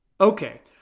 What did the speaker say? Okay